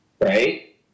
right